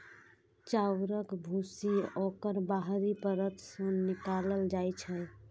चाउरक भूसी ओकर बाहरी परत सं निकालल जाइ छै